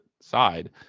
side